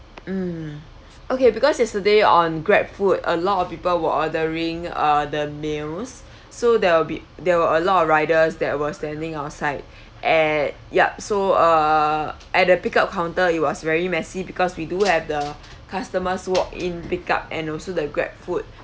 mm okay because yesterday on grab food a lot of people were ordering uh the meals so there will be there were a lot of riders that were standing outside at yup so uh at the pickup counter it was very messy because we do have the customers walk in pick up and also the grab food